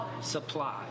supply